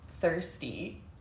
thirsty